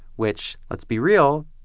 which let's be real,